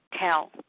Tell